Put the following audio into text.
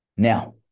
Now